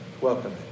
Welcome